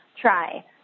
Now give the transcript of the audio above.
try